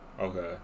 Okay